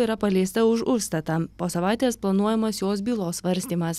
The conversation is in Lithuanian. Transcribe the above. yra paleista už užstatą po savaitės planuojamas jos bylos svarstymas